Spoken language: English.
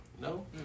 No